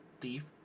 thief